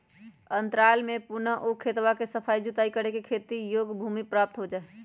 अंतराल में पुनः ऊ खेतवा के सफाई जुताई करके खेती योग्य भूमि प्राप्त हो जाहई